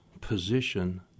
position